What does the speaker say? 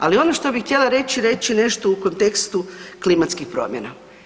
Ali, ono što bi htjela reći, reći nešto u kontekstu klimatskih promjena.